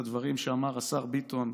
לדברים שאמר השר ביטון.